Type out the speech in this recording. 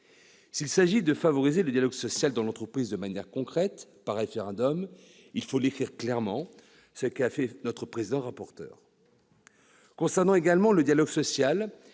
S'il s'agit de favoriser le dialogue social dans l'entreprise de manière concrète, par référendum, il faut l'écrire clairement, ce qu'a fait notre président-rapporteur.